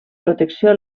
protecció